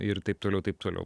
ir taip toliau taip toliau